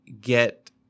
Get